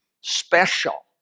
special